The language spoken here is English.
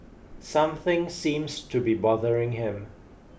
something seems to be bothering him